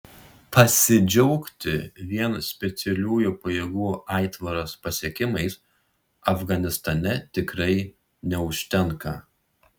pasidžiaugti vien specialiųjų pajėgų aitvaras pasiekimais afganistane tikrai neužtenka